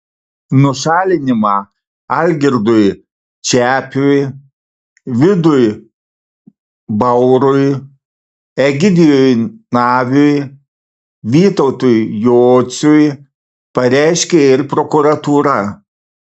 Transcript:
nušalinimą algirdui čepiui vidui baurui egidijui naviui vytautui jociui pareiškė ir prokuratūra